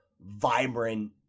vibrant